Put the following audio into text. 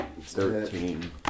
Thirteen